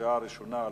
קריאה ראשונה.